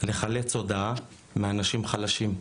לחלץ הודעה מאנשים חלשים.